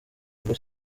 ubwo